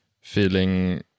feeling